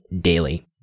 daily